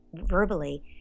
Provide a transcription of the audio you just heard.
verbally